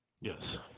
Yes